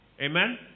Amen